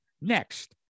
next